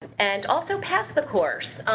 and also passed the course.